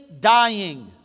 dying